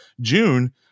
June